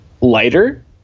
lighter